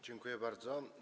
Dziękuję bardzo.